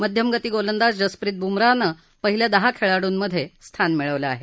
मध्यमगती गोलंदाज जसप्रीत बुमराहनं पहिल्या दहा खेळाडूंमध्ये स्थान मिळवलं आहे